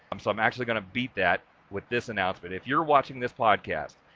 um so i'm actually going to beat that with this announcement if you're watching this podcast,